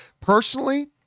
Personally